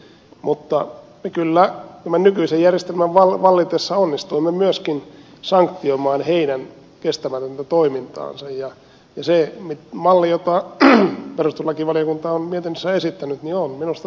mutta kyllä tämän nykyisen järjestelmän vallitessa onnistuimme myöskin sanktioimaan heidän kestämätöntä toimintaansa ja se malli jota perustuslakivaliokunta on mietinnössään esittänyt on minusta todellakin kestävä